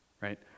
Right